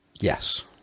Yes